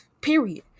Period